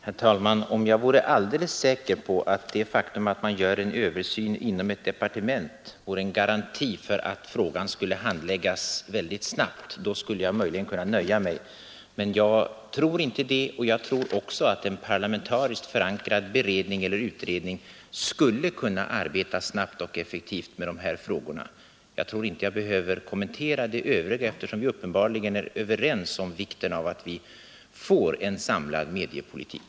Herr talman! Om jag vore alldeles säker på att en översyn inom departementet vore en garanti för att frågan skulle handläggas väldigt snabbt skulle jag möjligen kunna nöja mig med den, men jag tror inte det är så. Däremot tror jag att en parlamentariskt förankrad beredning eller utredning skulle kunna arbeta snabbt och effektivt med de här frågorna. Jag behöver inte kommentera det övriga, eftersom vi uppenbarligen är överens om vikten av att äntligen få en samlad mediepolitik.